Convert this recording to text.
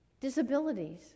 disabilities